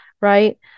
right